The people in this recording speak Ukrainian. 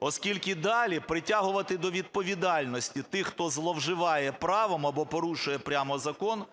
Оскільки далі притягувати до відповідальності тих, хто зловживає правом або порушує прямо закон,